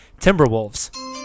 Timberwolves